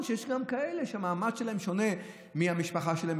שיש גם כאלה שהמעמד שלהם שונה מזה של המשפחה שלהם.